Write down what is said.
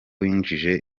winjije